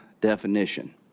definition